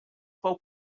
fou